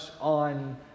on